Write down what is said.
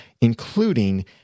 including